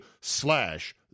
slash